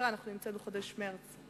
אנחנו נמצאים בחודש מרס,